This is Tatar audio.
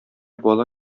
бала